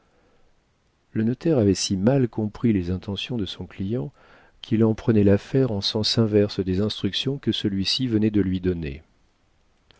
le notaire avait si mal compris les intentions de son client qu'il en prenait l'affaire en sens inverse des instructions que celui-ci venait de lui donner